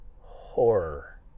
horror